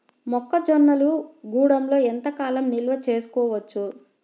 మొక్క జొన్నలు గూడంలో ఎంత కాలం నిల్వ చేసుకోవచ్చు?